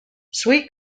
sweet